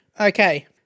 Okay